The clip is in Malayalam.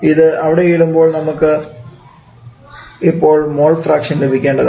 ഇത് അവിടെ ഇടുമ്പോൾ നമുക്ക് ഇപ്പോൾ മോൾ ഫ്രാക്ഷൻ ലഭിക്കുന്നതാണ്